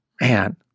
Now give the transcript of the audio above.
man